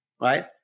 right